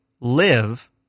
live